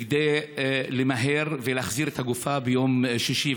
כדי למהר ולהחזיר את הגופה ביום שישי,